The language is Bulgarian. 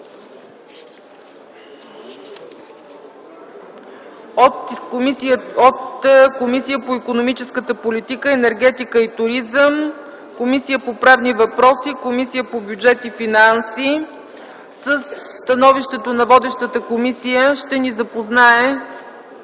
от: Комисията по икономическа политика, енергетика и туризъм, Комисията по правни въпроси и Комисията по бюджет и финанси. Със становището на водещата комисия ще ни запознае